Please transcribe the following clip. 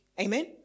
Amen